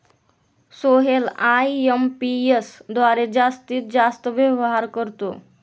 Sohail IMPS द्वारे जास्तीत जास्त व्यवहार करतो